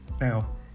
Now